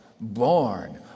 born